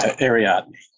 Ariadne